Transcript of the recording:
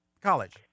College